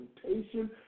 presentation